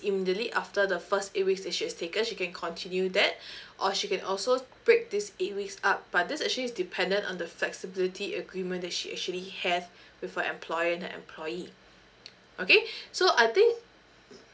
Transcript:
immediately after the first day eight weeks that she's taken she can continue that or she can also break this eight weeks up but that's actually dependent on the flexibility agreement that she actually have with her employer and employee okay so I think